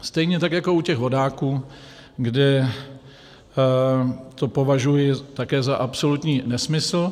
Stejně tak jako u těch vodáků, kde to považuji také za absolutní nesmysl.